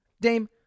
Dame